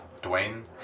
Dwayne